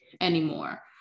anymore